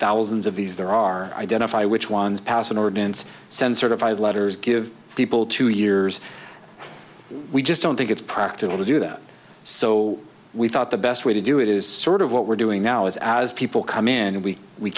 thousands of these there are identifying which ones pass an ordinance send certified letters give people two years we just don't think it's practical to do that so we thought the best way to do it is sort of what we're doing now is as people come in and we we